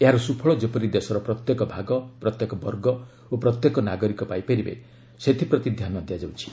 ଏହାର ସ୍କଫଳ ଯେପରି ଦେଶର ପ୍ରତ୍ୟେକ ଭାଗ ପ୍ରତ୍ୟେକ ବର୍ଗ ଓ ପ୍ରତ୍ୟେକ ନାଗରିକ ପାଇପାରିବେ ସେଥିପ୍ରତି ଧ୍ୟାନ ଦିଆଯାଉଛି